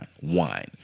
wine